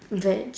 veg